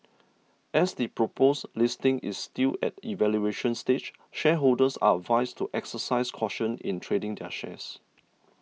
as the proposed listing is still at evaluation stage shareholders are advised to exercise caution in trading their shares